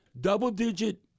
double-digit